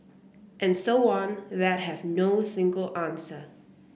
and so on that have no single answer